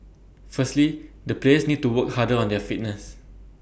firstly the players need to work harder on their fitness